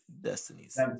destinies